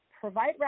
provide